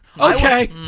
Okay